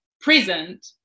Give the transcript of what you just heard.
present